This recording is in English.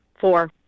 Four